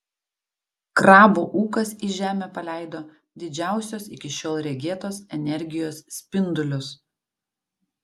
krabo ūkas į žemę paleido didžiausios iki šiol regėtos energijos spindulius